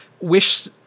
wish